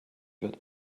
wird